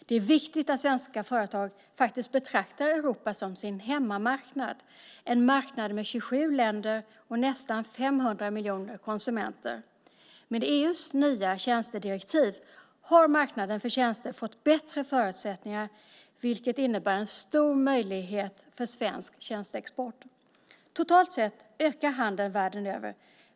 Det är viktigt att svenska företag faktiskt betraktar Europa som sin hemmamarknad - en marknad med 27 länder och nästan 500 miljoner konsumenter. Med EU:s nya tjänstedirektiv har marknaden för tjänster fått bättre förutsättningar, vilket innebär en stor möjlighet för svensk tjänsteexport. Totalt sett ökar handeln världen över.